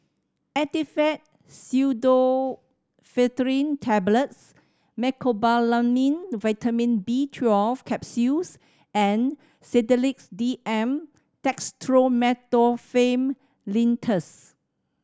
Actifed Pseudoephedrine Tablets Mecobalamin Vitamin B Twelve Capsules and Sedilix D M Dextromethorphan Linctus